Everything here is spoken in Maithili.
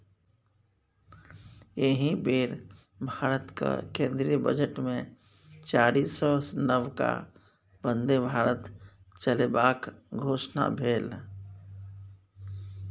एहि बेर भारतक केंद्रीय बजटमे चारिसौ नबका बन्दे भारत चलेबाक घोषणा भेल